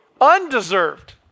Undeserved